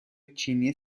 چینی